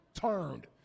turned